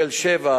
תל-שבע,